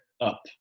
up